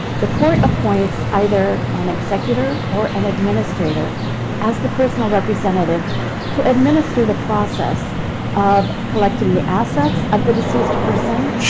the court appoints either an executor or an administrator as the personal representative to administer the process of collecting the assets of the deceased person,